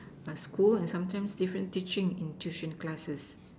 a school and sometimes different teaching in tuition classes